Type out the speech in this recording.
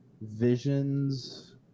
visions